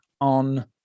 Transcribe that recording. on